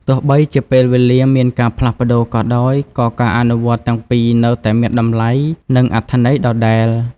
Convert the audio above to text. ទោះបីជាពេលវេលាមានការផ្លាស់ប្តូរក៏ដោយក៏ការអនុវត្តន៍ទាំងពីរនៅតែមានតម្លៃ និងអត្ថន័យដដែល។